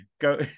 go